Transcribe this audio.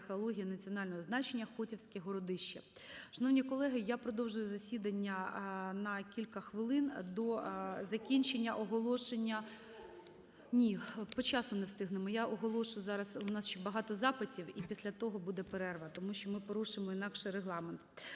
археології національного значення "Хотівське городище". Шановні колеги, я продовжую засідання на кілька хвилин, до закінчення оголошення. Ні, по часу не встигнемо, я оголошу зараз, у нас ще багато запитів, і після того буде перерва, тому що ми порушимо інакше Регламент.